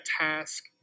task